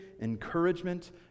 encouragement